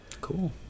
cool